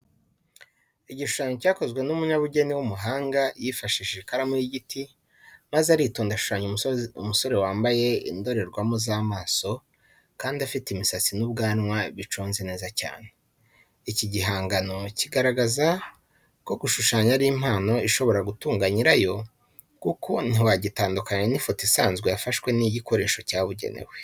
Igishushanyo cyakozwe n'umunyabugeni w'umuhanga yifashishije ikaramu y'igiti maze aritonda ashushanya umusore wambaye indorerwamo z'amaso kandi afite imisatsi n'ubwanwa biconze neza cyane. Iki gihangano kigaragaza ko gushushanya ari impano ishobora gutunga nyirayo kuko ntiwagitandukanya n'ifoto isanzwe yafashwe n'igikoresho cyabugenewe.